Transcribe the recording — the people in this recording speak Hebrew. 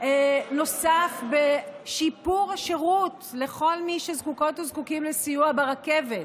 נוסף בשיפור השירות לכל מי שזקוקות וזקוקים לסיוע ברכבת.